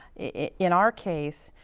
in our case,